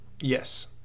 yes